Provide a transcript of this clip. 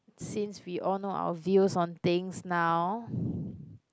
since we all know our views on things now